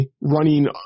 running